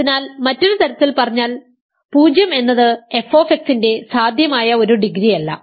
അതിനാൽ മറ്റൊരു തരത്തിൽ പറഞ്ഞാൽ 0 എന്നത് f ന്റെ സാധ്യമായ ഒരു ഡിഗ്രിയല്ല